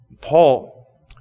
Paul